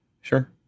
Sure